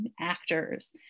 actors